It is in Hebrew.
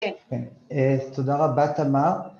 ‫כן, תודה רבה, תמר.